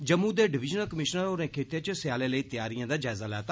जम्मू दे divisional commissioner होरें खित्ते च स्याले लेई तैयारिएं दा जायजा लैता